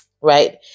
right